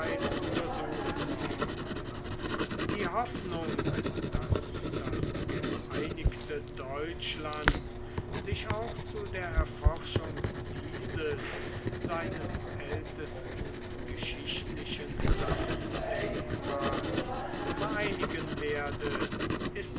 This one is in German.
untersucht worden die hoffnung daß das geeinigte deutschland sich auch zu der erforschung dieses seines ältesten geschichtlichen gesamtdenkmals vereinigen werde ist